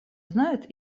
знает